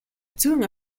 зүйн